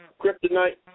kryptonite